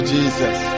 Jesus